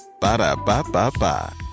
Ba-da-ba-ba-ba